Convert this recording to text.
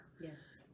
Yes